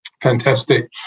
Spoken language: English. Fantastic